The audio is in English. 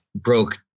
broke